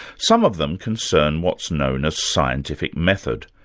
some of them concern what's known as scientific method.